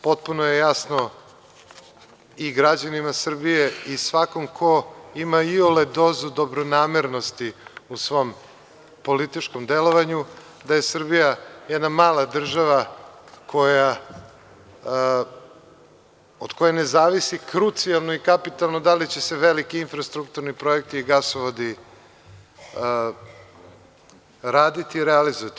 Potpuno je jasno i građanima Srbije i svakome ko ima iole dozu dobronamernosti u svom političkom delovanju, da je Srbija jedna mala država od koje ne zavisi krucijalno i kapitalno da li će se veliki infrastrukturni projekti i gasovodi raditi i realizovati.